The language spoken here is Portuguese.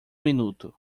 minuto